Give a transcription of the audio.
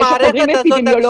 יש אתרים אפידמיולוגים,